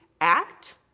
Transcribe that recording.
act